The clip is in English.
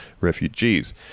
refugees